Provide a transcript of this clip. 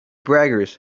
braggers